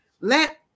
let